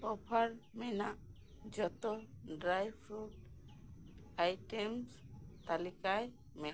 offer ᱢᱮᱱᱟᱜ ᱡᱷᱚᱛᱚ dry fruit items ᱛᱟᱞᱤᱠᱟᱭ ᱢᱮ